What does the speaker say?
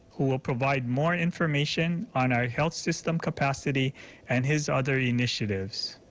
who will provide more information on our health system capacity and his other initiatives.